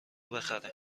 بخره